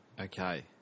Okay